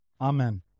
amen